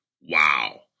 Wow